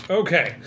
okay